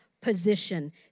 position